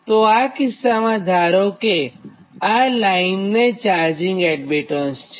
તો આ કિસ્સામાં ધારો કે આ લાઇનને ચાર્જિંગ એડમીટન્સ છે